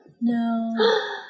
No